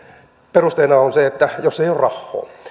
perusteena on se jos ei oo rahhoo